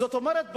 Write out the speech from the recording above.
זאת אומרת,